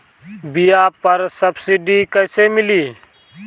बीया पर सब्सिडी कैसे मिली?